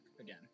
again